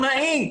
באופן סיטונאי.